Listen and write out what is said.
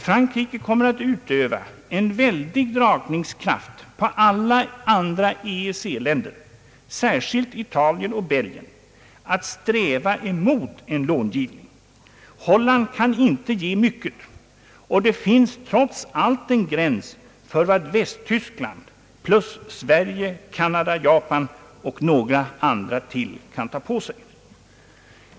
Frankrike kommer att utöva en väldig dragningskraft på alla andra EEC-länder, särskilt Italien och Belgien, att motsätta sig en långivning. Holland kan inte ge mycket, och det finns trots allt en gräns för vad Västtyskland plus Sverige, Kanada, Japan och några andra till kan ta på sig.